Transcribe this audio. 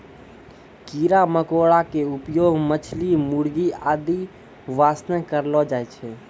कीड़ा मकोड़ा के उपयोग मछली, मुर्गी आदि वास्तॅ करलो जाय छै